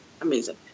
amazing